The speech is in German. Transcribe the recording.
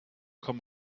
komm